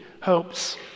hopes